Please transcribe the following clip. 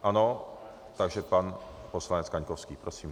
Ano, takže pan poslanec Kaňkovský, prosím.